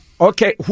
Okay